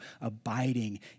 abiding